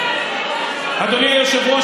אדוני היושב-ראש,